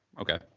okay